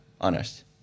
honest